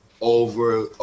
over